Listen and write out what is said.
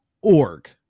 org